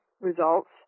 results